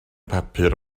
papur